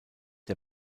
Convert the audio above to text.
der